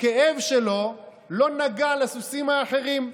הכאב שלו לא נגע לסוסים האחרים,